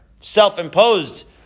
self-imposed